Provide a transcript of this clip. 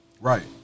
Right